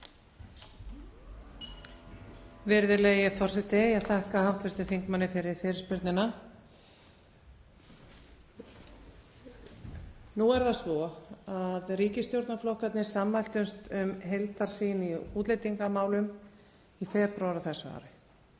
Virðulegi forseti. Ég þakka hv. þingmanni fyrir fyrirspurnina. Nú er það svo að ríkisstjórnarflokkarnir sammæltumst um heildarsýn í útlendingamálum í febrúar á þessu ári.